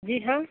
जी हाँ